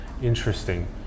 interesting